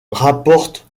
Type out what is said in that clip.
rapportent